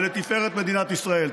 ולתפארת מדינת ישראל.